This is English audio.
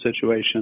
situation